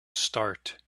start